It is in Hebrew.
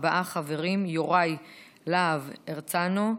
ארבעה חברים: יוראי להב הרצנו,